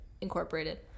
incorporated